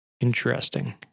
Interesting